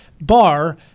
bar